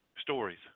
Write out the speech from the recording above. stories